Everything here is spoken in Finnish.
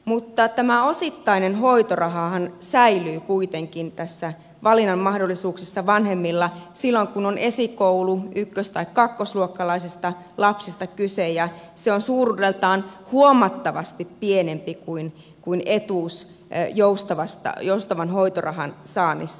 mutta tämä osittainen hoitorahahan säilyy kuitenkin valinnan mahdollisuuksissa vanhemmilla silloin kun on kyse esikoululaisesta tai ykkös tai kakkosluokkalaisesta lapsesta ja se on suuruudeltaan huomattavasti pienempi kuin etuus joustavan hoitorahan saannissa